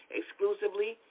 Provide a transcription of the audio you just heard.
exclusively